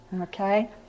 Okay